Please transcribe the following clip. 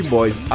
Boys